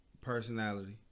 Personality